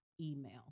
email